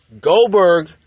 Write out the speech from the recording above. Goldberg